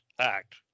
act